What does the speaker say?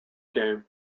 game